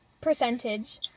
percentage